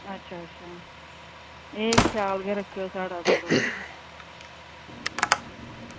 अच्छा अच्छा एह् ख्याल गै रक्खेओ साढ़ा थोह्ड़ा